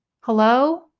Hello